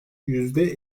yüzde